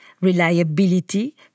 reliability